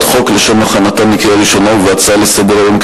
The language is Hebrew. חוק לשם הכנתן לקריאה ראשונה ובהצעה לסדר-היום: